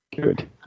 good